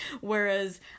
whereas